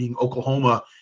Oklahoma